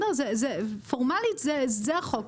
פורמלית, זה החוק.